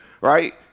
right